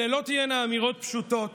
אלה לא תהיינה אמירות פשוטות,